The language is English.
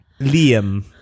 Liam